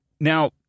Now